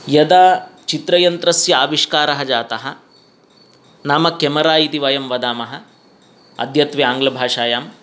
यदा चित्रयन्त्रस्य आविष्कारः जातः नाम केमरा इति वयं वदामः अद्यत्वे आङ्ग्लभाषायां